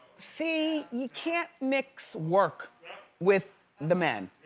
see, you can't mix work with the men.